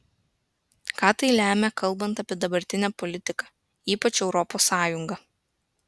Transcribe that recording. ką tai lemia kalbant apie dabartinę politiką ypač europos sąjungą